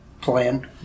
plan